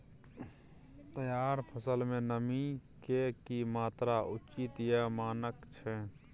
तैयार फसल में नमी के की मात्रा उचित या मानक छै?